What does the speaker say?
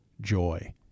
joy